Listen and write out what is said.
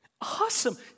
awesome